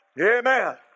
Amen